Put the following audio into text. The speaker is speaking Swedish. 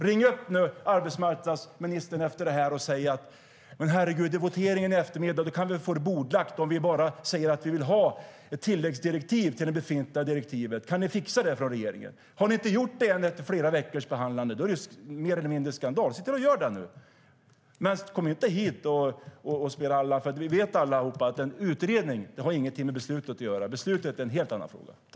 Ring upp arbetsmarknadsministern efter det här och säg: Men herregud, det är votering i eftermiddag! Vi kan få det bordlagt om vi bara säger att vi vill ha ett tilläggsdirektiv till det befintliga direktivet. Kan ni i regeringen fixa det?